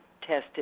tested